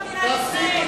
חבר הכנסת דנון.